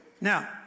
Now